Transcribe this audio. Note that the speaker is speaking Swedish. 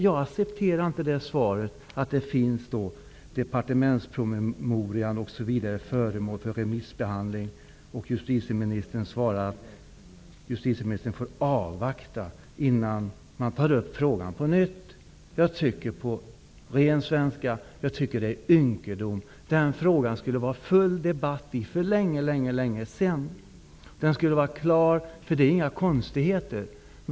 Jag accepterar inte svaret att det finns en departementspromemoria, att frågan är föremål för remissbehandling eller att justitieministern får avvakta innan man tar upp den på nytt. Jag tycker att det är ynkedom, på ren svenska. Det skulle ha varit full debatt om frågan för länge sedan. Den skulle ha varit behandlad. Det är inga konstigheter.